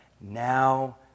now